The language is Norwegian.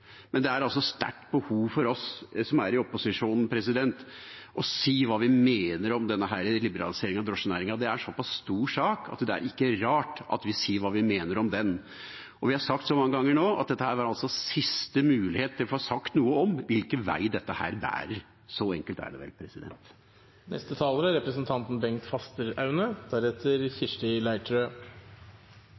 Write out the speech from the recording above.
men det er altså et sterkt behov for oss som er i opposisjonen, å si hva vi mener om denne liberaliseringen av drosjenæringa. Det er en såpass stor sak, så det er ikke rart at vi sier hva vi mener om den, og vi har sagt så mange ganger nå at dette var siste mulighet til å få sagt noe om hvilken vei dette bærer. Så enkelt er det vel.